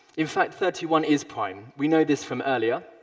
in fact, thirty one is prime we know this from earlier,